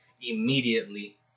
immediately